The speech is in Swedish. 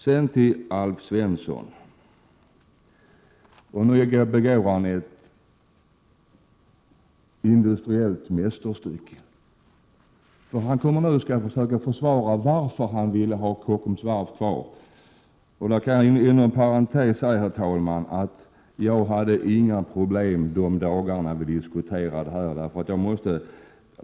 Sedan vill jag vända mig till Alf Svensson med anledning av hans industriella mästerstycke, dvs. hans försök att försvara varför han ville ha Kockums Varv kvar. Inom parentes kan jag säga, herr talman, att jag inte hade några problem under de dagar vi diskuterade detta.